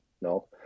No